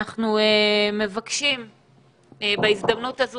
אנחנו מבקשים בהזדמנות הזו,